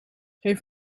geef